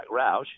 Roush